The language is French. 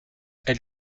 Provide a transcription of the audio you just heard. elle